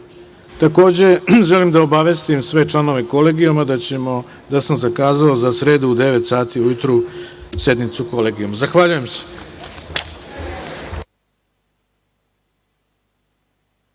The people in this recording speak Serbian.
sredu. Takođe, želim da obavestim sve članove Kolegijuma da sam zakazao za sredu u devet sati ujutru sednicu Kolegijuma. Zahvaljujem se.